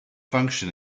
function